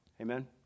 Amen